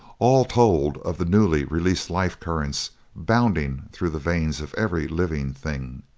all told of the newly released life currents bounding through the veins of every living thing.